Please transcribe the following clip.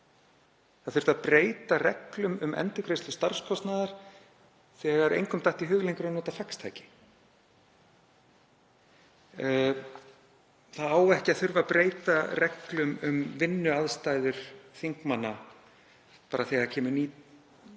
Það þurfti að breyta reglum um endurgreiðslu starfskostnaðar þegar engum datt í hug lengur að nota faxtæki. Það á ekki að þurfa að breyta reglum um vinnuaðstæður þingmanna bara af því að það kemur nýtt